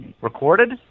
recorded